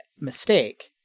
mistake